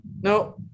no